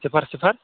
صِفَر صِفَر